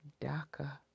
DACA